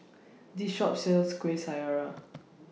This Shop sells Kuih Syara